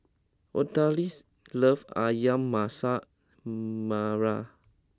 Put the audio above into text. Odalys loves Ayam Masak Merah